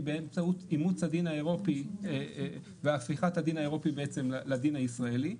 היא באמצעות אימוץ הדין האירופי והפיכת הדין האירופי לדין הישראלי.